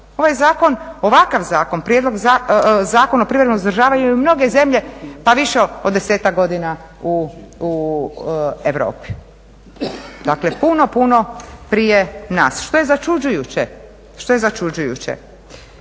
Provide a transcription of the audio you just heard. ovaj zakon. Ovakav zakon, Zakon o privremenom uzdržavanju imaju mnoge zemlje pa više od 10-tak godina u Europi, dakle puno puno prije nas što je začuđujuće. Dakle nakon